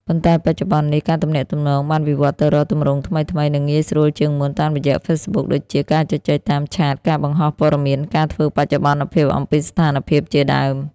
ប៉ុន្តែបច្ចុប្បន្ននេះ ការទំនាក់ទំនងបានវិវត្តទៅរកទម្រង់ថ្មីៗ និងងាយស្រួលជាងមុន តាមរយៈ Facebook ដូចជា ការជជែកតាមឆាត ការបង្ហោះព័ត៌មាន ការធ្វើបច្ចុប្បន្នភាពអំពីស្ថានភាព ជាដើម។